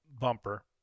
bumper